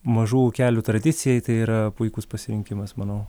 mažų ūkelių tradicijai tai yra puikus pasirinkimas manau